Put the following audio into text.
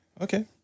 okay